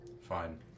Fine